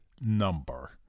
number